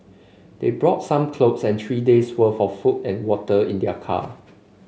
they brought some clothes and three days' worth of food and water in their car